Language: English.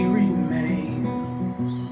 remains